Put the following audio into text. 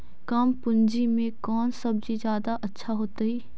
कम पूंजी में कौन सब्ज़ी जादा अच्छा होतई?